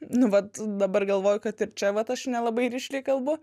nu vat dabar galvoju kad ir čia vat aš nelabai rišliai kalbu